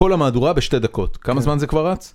כל המהדורה בשתי דקות, כמה זמן זה כבר רץ?